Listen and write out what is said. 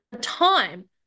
time